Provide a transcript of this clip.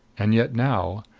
and yet now,